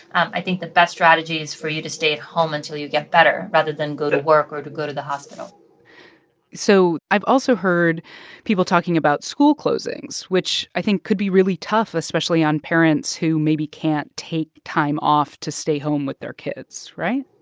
i think the best strategy is for you to stay at home until you get better rather than go to work or to go to the hospital so i've also heard people talking about school closings, which, i think, could be really tough, especially on parents who maybe can't take time off to stay home with their kids, right?